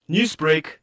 Newsbreak